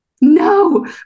no